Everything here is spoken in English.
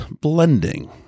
blending